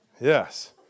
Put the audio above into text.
yes